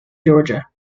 georgia